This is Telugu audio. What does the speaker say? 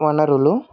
వనరులు